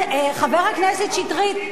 החוק מגביל ל-300,000 שקל,